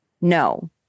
No